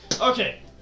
Okay